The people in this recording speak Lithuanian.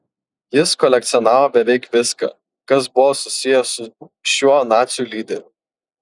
jis kolekcionavo beveik viską kas buvo susiję su šiuo nacių lyderiu